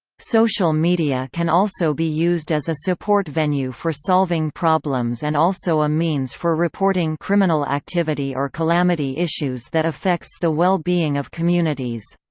social media can also be used as a support venue for solving problems and also a means for reporting criminal activity or calamity issues that affects the well being of communities.